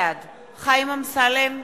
בעד חיים אמסלם,